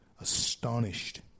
astonished